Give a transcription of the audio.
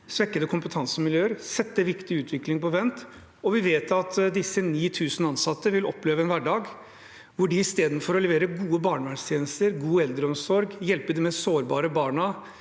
svekkede kompetansemiljøer og sette viktig utvikling på vent. Vi vet at disse 9 000 ansatte vil oppleve en hverdag hvor de istedenfor å levere gode barnevernstjenester, god eldreomsorg, hjelpe de mest sårbare barna,